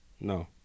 No